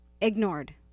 ignored